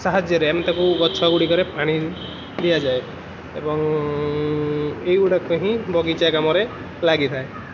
ସାହାଯ୍ୟରେ ଆମେ ତାକୁ ଗଛଗୁଡ଼ିକରେ ପାଣି ଦିଆଯାଏ ଏବଂ ଏଇଗୁଡ଼ାକ ହିଁ ବଗିଚା କାମରେ ଲାଗିଥାଏ